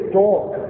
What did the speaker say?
talk